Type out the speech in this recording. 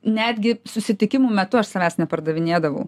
netgi susitikimų metu aš savęs nepardavinėdavau